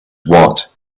what